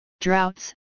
droughts